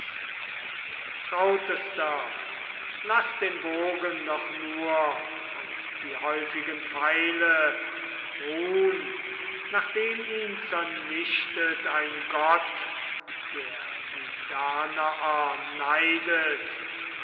trautester laß den bogen doch nur und die häufigen pfeile ruhn nachdem ihn zernichtet ein gott der die danaer neidet